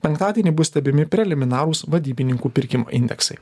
penktadienį bus stebimi preliminarūs vadybininkų pirkimai indeksai